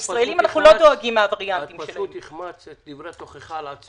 אני סומך על שופטי בית המשפט העליון, על 11